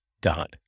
dot